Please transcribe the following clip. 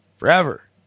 Forever